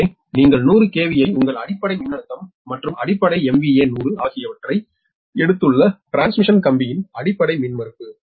எனவே நீங்கள் 100 KVயை உங்கள் அடிப்படை மின்னழுத்தம் மற்றும் அடிப்படை MVA 100 ஆகியவற்றை எடுத்துள்ள டிரான்ஸ்மிஷன் கம்பியின் அடிப்படை மின்மறுப்பு